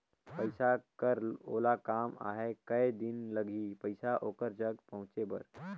पइसा कर ओला काम आहे कये दिन लगही पइसा ओकर जग पहुंचे बर?